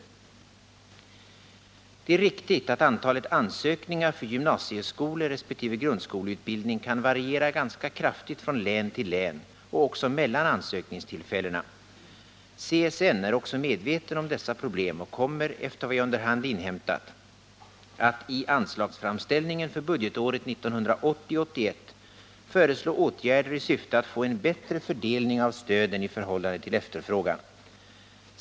Det är riktigt att antalet ansökningar för gymnasieskoleresp. grundskoleutbildning kan variera ganska kraftigt från län till län och också mellan ansökningstillfällena. CSN är också medveten om dessa problem och kommer enligt vad jag under hand inhämtat att i anslagsframställningen för budgetåret 1980/81 föreslå åtgärder i syfte att få en bättre fördelning av stöden i förhållande till efterfrågan.